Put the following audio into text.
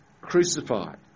crucified